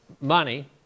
money